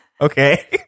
Okay